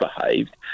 behaved